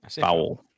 Foul